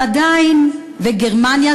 וגרמניה,